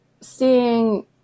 seeing